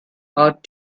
out